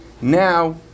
now